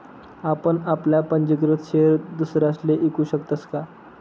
आपण आपला पंजीकृत शेयर दुसरासले ईकू शकतस का?